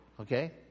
okay